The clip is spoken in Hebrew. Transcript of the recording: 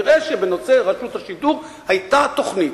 נראה שבנושא רשות השידור היתה תוכנית,